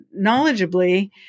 knowledgeably